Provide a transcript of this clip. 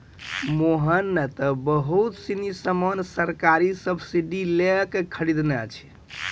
मोहन नं त बहुत सीनी सामान सरकारी सब्सीडी लै क खरीदनॉ छै